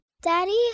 Daddy